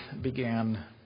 began